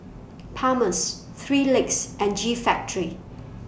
Palmer's three Legs and G Factory